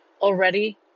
already